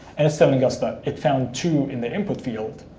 and it's telling us that it found two in the input field,